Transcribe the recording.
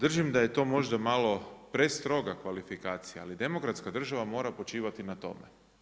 Držim da je to možda malo prestroga kvalifikacija, ali demokratska država mora počivati na tome.